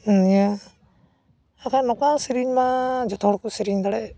ᱱᱤᱭᱟᱹ ᱵᱟᱠᱷᱟᱡ ᱱᱚᱠᱟ ᱥᱮᱨᱮᱧ ᱢᱟ ᱡᱚᱛᱚ ᱦᱚᱲ ᱠᱚ ᱥᱮᱨᱮᱧ ᱫᱟᱲᱮᱜ